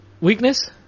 weakness